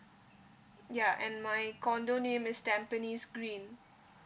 ya and my condo name is tampines green